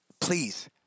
Please